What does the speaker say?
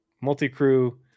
multi-crew